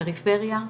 פריפריה,